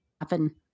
happen